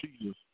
Jesus